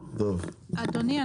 אדוני,